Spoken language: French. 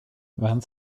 vingt